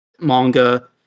manga